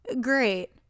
great